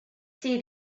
see